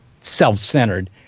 self-centered